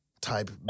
Type